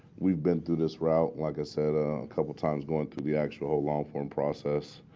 we've been through this route, like i said, a couple times going through the actual long form process.